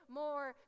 more